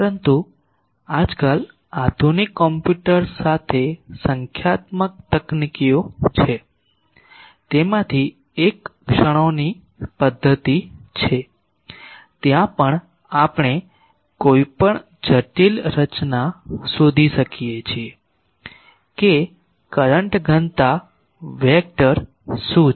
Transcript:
પરંતુ આજકાલ આધુનિક કમ્પ્યુટર્સ સાથે સંખ્યાત્મક તકનીકીઓ છે તેમાંથી એક ક્ષણોની પદ્ધતિ છે ત્યાં પણ આપણે કોઈપણ જટિલ રચના શોધી શકીએ છીએ કે કરંટ ઘનતા વેક્ટર શું છે